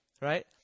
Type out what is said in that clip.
Right